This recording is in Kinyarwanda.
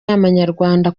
y’amanyarwanda